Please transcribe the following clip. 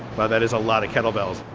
well that is a lot of kettle bells.